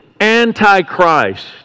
Antichrist